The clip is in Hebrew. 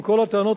עם כל הטענות,